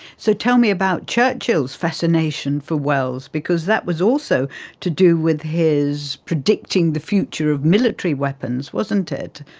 so tell me about churchill's fascination for wells, because that was also to do with his predicting the future of military weapons, wasn't it.